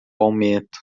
aumento